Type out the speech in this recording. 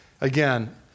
Again